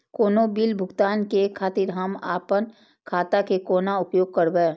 कोनो बील भुगतान के खातिर हम आपन खाता के कोना उपयोग करबै?